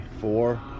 four